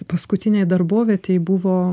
paskutinėj darbovietėj buvo